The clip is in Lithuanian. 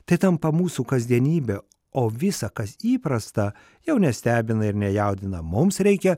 tai tampa mūsų kasdienybe o visa kas įprasta jau nestebina ir nejaudina mums reikia